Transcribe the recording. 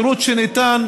שירות שניתן